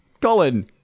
Colin